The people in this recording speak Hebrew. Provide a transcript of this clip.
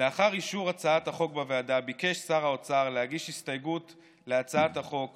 לאחר אישור הצעת החוק בוועדה ביקש שר האוצר להגיש הסתייגות להצעת החוק